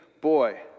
boy